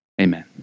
amen